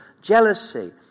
jealousy